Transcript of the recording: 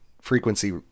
frequency